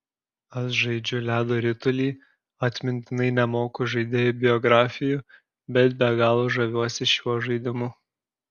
aš žaidžiu ledo ritulį atmintinai nemoku žaidėjų biografijų bet be galo žaviuosi šiuo žaidimu